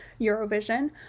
Eurovision